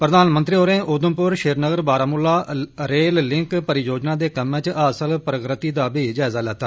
प्रधानमंत्री होरें Udhampur Srinagar Baramulla rail link परियोजना दे कम्मै च हासल प्रगति दा जायजा बी लैता